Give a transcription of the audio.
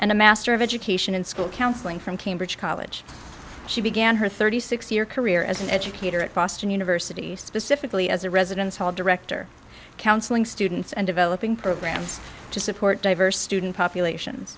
and a master of education in school counseling from cambridge college she began her thirty six year career as an educator at boston university specifically as a residence hall director counseling students and developing programs to support diverse student populations